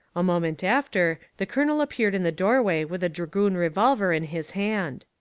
a moment after, the colonel appeared in the doorway with a dragoon revolver in his hand.